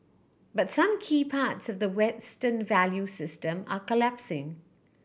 but some key parts of the Western value system are collapsing